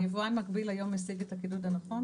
יבואן מקביל היום משיג את הקידוד, נכון?